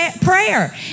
prayer